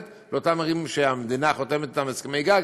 לאותן ערים שהמדינה חותמת אתן על הסכמי גג,